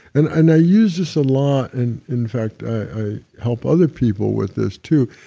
and and i use this a lot in. in fact, i help other people with this too.